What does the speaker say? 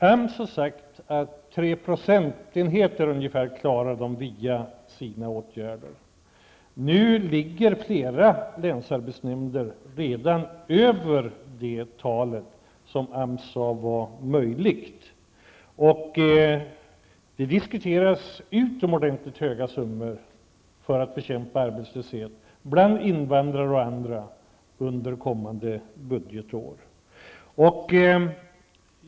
AMS har sagt att man klarar ungefär 3 procentenheter via sina åtgärder. Nu ligger flera länsarbetsnämnder redan över det procenttal som AMS sade var möjligt. Det diskuteras utomordentligt höga summor till bekämpningen av arbetslösheten bland invandrare och andra under kommande budgetår.